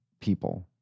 people